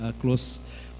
close